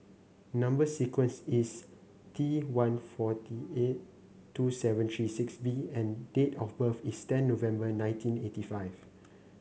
number sequence is T one forty eight two seven three six B and date of birth is ten November nineteen eighty five